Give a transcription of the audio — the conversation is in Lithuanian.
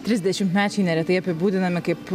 trisdešimtmečiai neretai apibūdinami kaip